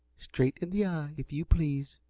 straight in the eye, if you please!